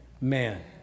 Man